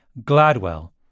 GLADWELL